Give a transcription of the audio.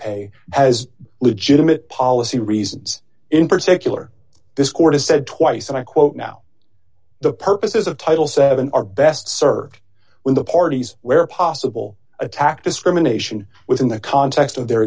has legitimate policy reasons in particular this court has said twice and i quote now the purposes of title seven are best served when the parties where possible attack discrimination within the context of their